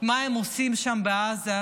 מה הם עושים שם בעזה,